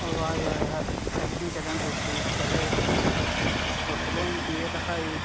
ओह्दे बाद सैकंड चढ़े दूसरी च चढ़े उसलै हिंदी गै रखाई